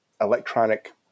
electronic